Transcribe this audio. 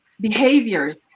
behaviors